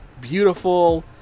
beautiful